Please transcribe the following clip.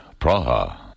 Praha